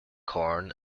corn